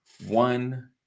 one